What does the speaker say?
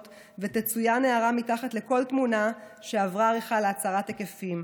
ותצוין הערה מתחת לכל תמונה שעברה עריכה להצרת היקפים.